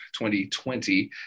2020